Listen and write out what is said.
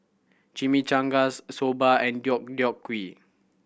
Chimichangas Soba and Deodeok Gui